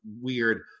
weird